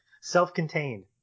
Self-contained